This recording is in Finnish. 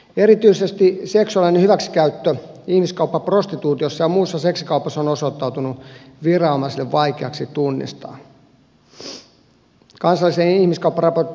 erityisesti seksuaalinen hyväksikäyttö ja ihmiskauppa prostituutiossa ja muussa seksikaupassa on osoittautunut viranomaisille vaikeaksi tunnistaa